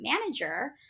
manager